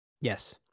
Yes